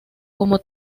como